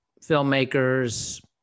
filmmakers